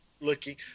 looking